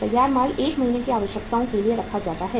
तैयार माल 1 महीने की आवश्यकताओं के लिए रखा जाता है